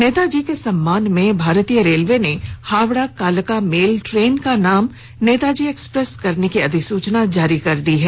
नेताजी के सम्मान में भारतीय रेलवे ने हावड़ा कालका मेल ट्रेन का नाम नेताजी एक्सप्रेस करने की अधिसूचना जारी कर दी है